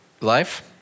life